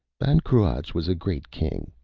ban cruach was a great king.